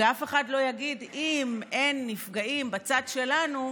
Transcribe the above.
שאף אחד לא יגיד: אם אין נפגעים בצד שלנו,